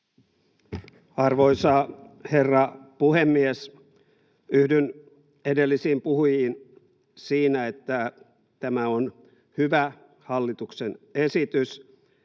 Arvoisa herra puhemies! Yhdyn edellisiin puhujiin siinä, että tämä on hyvä hallituksen esitys.